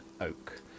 Oak